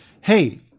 hey